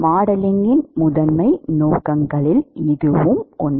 மாடலிங்கின் முதன்மை நோக்கங்களில் இதுவும் ஒன்று